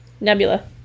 Nebula